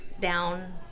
down